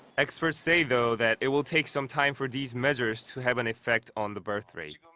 experts say, though, that it'll take some time for these measures to have an effect on the birth rate.